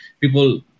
people